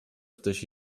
ktoś